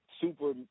super